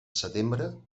setembre